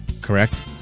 correct